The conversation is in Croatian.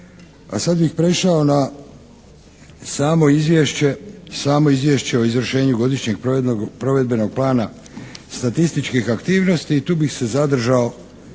A sada bih prešao na samo Izvješće o izvršenju godišnjeg provedbenog plana statističkih aktivnosti i tu bih se zadržao